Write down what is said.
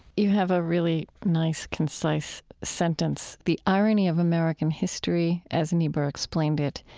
you have a really nice concise sentence the irony of american history, as niebuhr explained it,